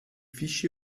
fische